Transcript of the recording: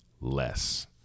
less